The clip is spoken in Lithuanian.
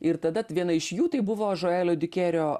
ir tadat viena iš jų tai buvo žuelio diukerio